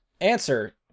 answer